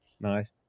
nice